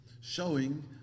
Showing